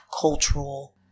cultural